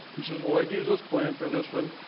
he says, well, i'd use this plant, or this one,